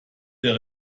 der